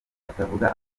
atavuga